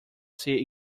ser